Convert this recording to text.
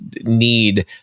need